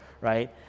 right